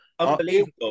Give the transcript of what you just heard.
Unbelievable